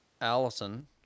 Allison